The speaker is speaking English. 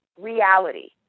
reality